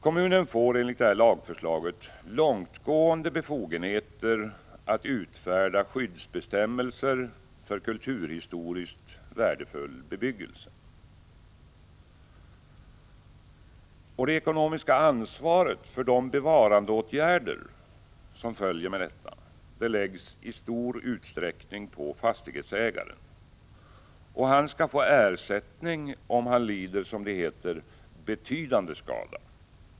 Kommunen får enligt lagförslaget långtgående befogenheter att utfärda skyddsbestämmelser för kulturhistoriskt värdefull bebyggelse. Det ekonomiska ansvaret för de bevarandeåtgärder som följer med detta läggs i stor utsträckning på fastighetsägaren. Han skall få ersättning om han lider som det heter ”betydande skada”.